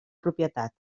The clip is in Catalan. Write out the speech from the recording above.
propietat